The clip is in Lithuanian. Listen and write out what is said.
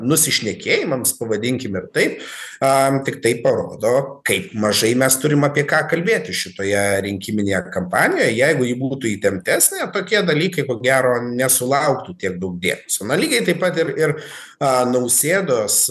nusišnekėjimams pavadinkime taip am tiktai parodo kaip mažai mes turim apie ką kalbėti šitoje rinkiminėje kampanijoj jeigu ji būtų įtemptesnė tokie dalykai ko gero nesulauktų tiek daug dėmesio na lygiai taip pat ir ir a nausėdos